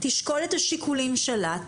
תשקול את השיקולים שלה,